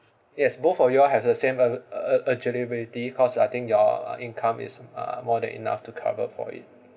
yes both of you all have the same ur~ ur~ because I think your uh income is uh more than enough to cover for it